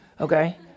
Okay